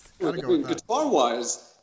Guitar-wise